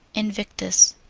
invictus.